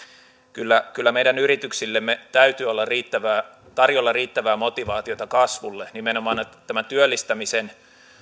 kyllä kyllä meidän yrityksillemme täytyy olla tarjolla riittävää motivaatiota kasvulle nimenomaan tämä työllistämisen